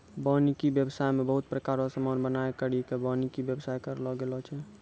वानिकी व्याबसाय मे बहुत प्रकार रो समान बनाय करि के वानिकी व्याबसाय करलो गेलो छै